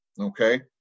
Okay